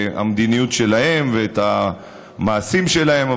המדיניות שלהם ואת המעשים שלהם.